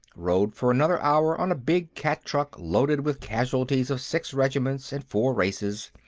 rode for another hour on a big cat-truck loaded with casualties of six regiments and four races,